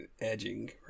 edging